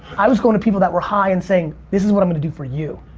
i was going to people that were high and saying, this is what i'm gonna do for you.